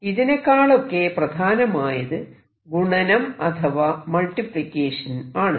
ഇതിനേക്കാളൊക്കെ പ്രധാനമായത് ഗുണനം അഥവാ മൾട്ടിപ്ലിക്കേഷൻ ആണ്